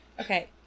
Okay